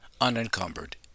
unencumbered